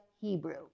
Hebrew